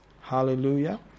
Hallelujah